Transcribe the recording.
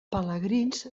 pelegrins